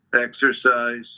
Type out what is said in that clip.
exercise